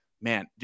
Man